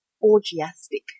orgiastic